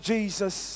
Jesus